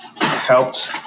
helped